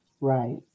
Right